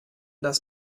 das